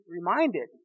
reminded